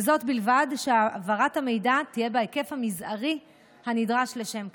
ובלבד שהעברת המידע תהיה בהיקף המזערי הנדרש לשם כך.